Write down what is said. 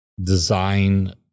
design